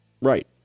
Right